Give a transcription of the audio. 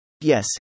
Yes